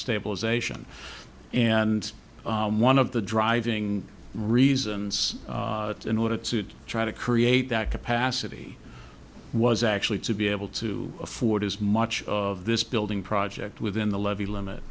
stabilization and one of the driving reasons in order to try to create that capacity was actually to be able to afford as much of this building project within the levy